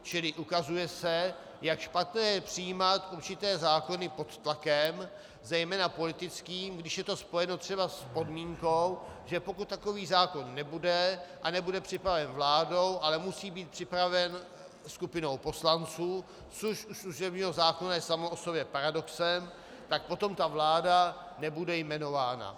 Čili se ukazuje, jak špatné je přijímat určité zákony pod tlakem, zejména politickým, když je to spojeno třeba s podmínkou, že pokud takový zákon nebude, a nebude připraven vládou, ale musí být připraven skupinou poslanců, což u služebního zákona je samo o sobě paradoxem, tak potom ta vláda nebude jmenována.